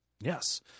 Yes